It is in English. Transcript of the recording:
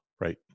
Right